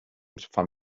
from